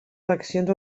eleccions